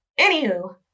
Anywho